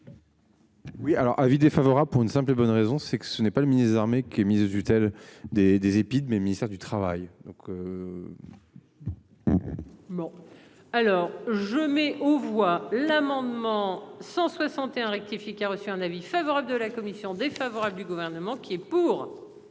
Oui alors avis défavorable pour une simple et bonne raison c'est que ce n'est pas le ministre de l'armée qui est mise tutelle des des épis mais ministère du Travail, donc. Non. Alors je mets aux voix l'amendement 161 rectifié qui a reçu un avis favorable de la commission défavorable du gouvernement. Qui est pour.